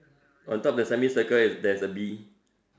on top of the semicircle there's a B